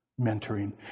mentoring